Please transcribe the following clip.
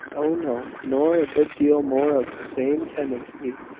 oh, no nor a good deal more of the same tendency.